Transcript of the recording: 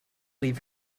leave